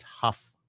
tough